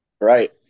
Right